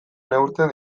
neurtzen